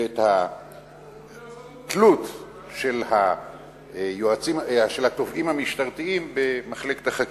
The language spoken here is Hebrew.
ואת התלות של התובעים המשטרתיים במחלקת החקירות.